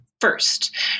first